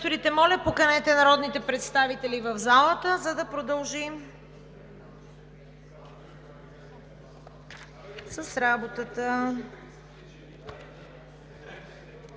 Квесторите, моля, поканете народните представители в залата, за да продължим с работата.